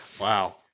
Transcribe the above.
Wow